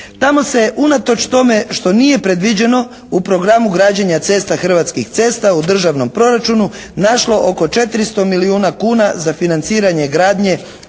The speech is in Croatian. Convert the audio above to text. Tamo se unatoč tome što nije predviđeno u programu građenja cesta Hrvatskih cesta u državnom proračunu našlo oko 400 milijuna kuna za financiranje gradnje brze